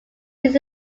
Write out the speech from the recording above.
this